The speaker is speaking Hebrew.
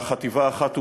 אלא חטיבה אחת ומאוחדת,